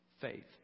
faith